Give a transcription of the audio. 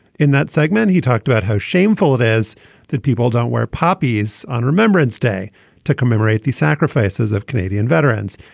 in that segment he talked about how shameful it is that people don't wear poppies on remembrance day to commemorate the sacrifices of canadian veterans.